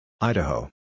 Idaho